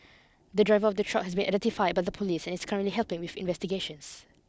the driver of the truck has been identified by the police and is currently helping with investigations